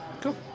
Cool